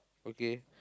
okay